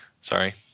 Sorry